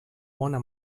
bona